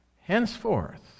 Henceforth